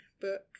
book